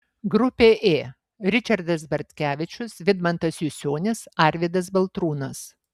grupė ė ričardas bartkevičius vidmantas jusionis arvydas baltrūnas